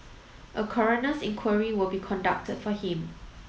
a coroner's inquiry will be conducted for him